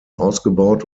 ausgebaut